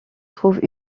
trouve